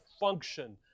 function